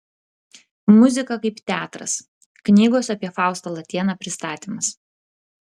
muzika kaip teatras knygos apie faustą latėną pristatymas